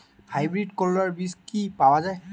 Hybrid করলার বীজ কি পাওয়া যায়?